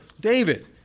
David